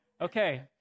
Okay